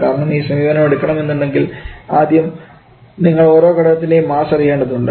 കാരണം ഈ സമീപനം എടുക്കണം എന്നുണ്ടെങ്കിൽ ആദ്യം നിങ്ങൾ ഓരോ ഘടകത്തിൻറെയും മാസ്സ് അറിയേണ്ടതുണ്ട്